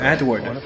Edward